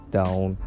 down